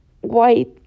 white